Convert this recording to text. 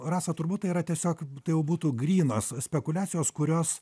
rasa turbūt tai yra tiesiog tai jau būtų grynos spekuliacijos kurios